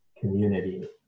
community